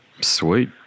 Sweet